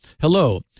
hello